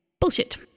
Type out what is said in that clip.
Bullshit